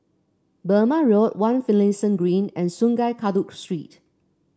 Burmah Road One Finlayson Green and Sungei Kadut Street